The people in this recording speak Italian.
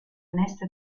onesto